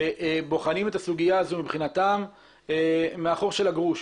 בוחן את הסוגיה הזאת מבחינתם מהחור של הגרוש.